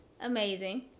amazing